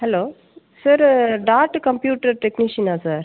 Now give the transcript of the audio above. hello sir டாட்டு computer டெக்னிஷனா sir